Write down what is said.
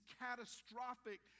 catastrophic